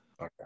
okay